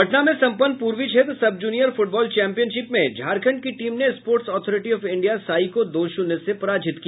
पटना में सम्पन्न पूर्वी क्षेत्र सबजूनियर फुटबॉल चैंपियनशिप में झारखंड की टीम ने sports authority of India SAI को दो शून्य से पराजित किया